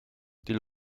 die